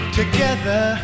together